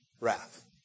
wrath